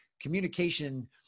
communication